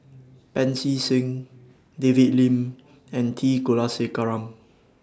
Pancy Seng David Lim and T Kulasekaram